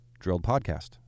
drilledpodcast